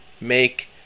make